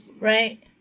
right